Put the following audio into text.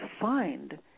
find